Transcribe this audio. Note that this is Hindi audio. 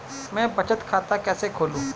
मैं बचत खाता कैसे खोलूं?